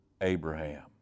Abraham